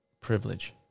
Privilege